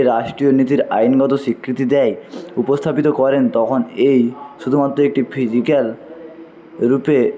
রাষ্ট্রীয় নীতির আইনগত স্বীকৃতি দেয় উপস্থাপিত করেন তখন এই শুধুমাত্র একটি ফিজিক্যালরূপে